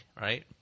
right